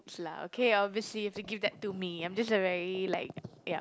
lah okay obviously you've to give that to me I just a very like yup